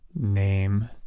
name